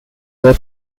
their